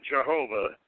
Jehovah